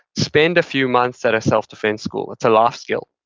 spend a few months at a self-defense school. it's a life skill.